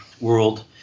world